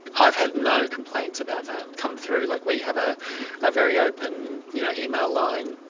i've had no complaints about that come through. like we have a ah very open you know email line.